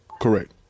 Correct